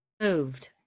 moved